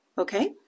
Okay